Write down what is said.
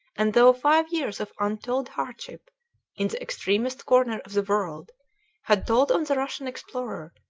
and though five years of untold hardship in the extremest corner of the world had told on the russian explorer,